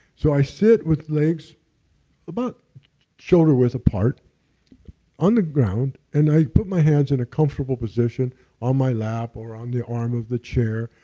so i sit with legs about shoulder width apart on the ground, and i put my hands in a comfortable position on my lap or on the arm of the chair,